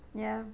ya